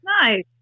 nice